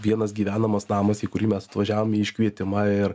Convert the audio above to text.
vienas gyvenamas namas į kurį mes atvažiavom į iškvietimą ir